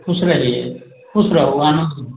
खुश रहियै खुश रहु आनन्द रहु